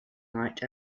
light